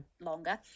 longer